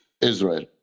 Israel